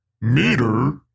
Meter